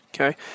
okay